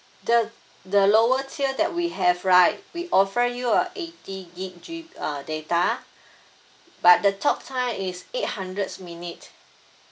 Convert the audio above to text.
the the lower tier that we have right we offer you a eighty gigabyte G uh data but the talk time is eight hundreds minute